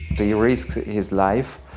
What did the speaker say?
he risks his life.